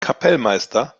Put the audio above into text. kapellmeister